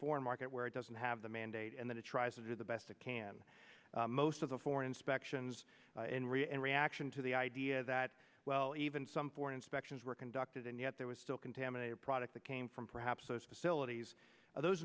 foreign market where it doesn't have the mandate and that it tries to do the best it can most of the four inspections in ri and reaction to the idea that well even some for inspections were conducted and yet there was still contaminated product that came from perhaps those facilities those